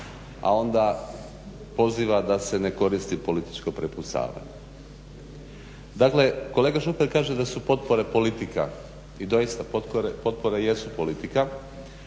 a onda poziva da se ne koristi političko prepucavanje. Dakle, kolega Šuker kaže da su potpore politika i doista potpore jesu politika